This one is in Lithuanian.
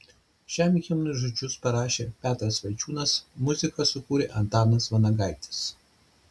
šiam himnui žodžius parašė petras vaičiūnas muziką sukūrė antanas vanagaitis